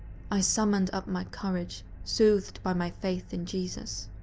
i summoned up my courage, soothed by my faith in jesus.